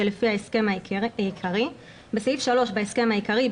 שלפי ההסכם העיקרי בסעיף 3 בהסכם העיקרי,